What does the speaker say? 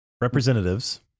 representatives